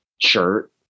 shirt